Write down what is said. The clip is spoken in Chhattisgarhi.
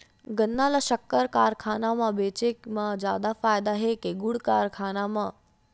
गन्ना ल शक्कर कारखाना म बेचे म जादा फ़ायदा हे के गुण कारखाना म?